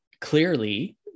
clearly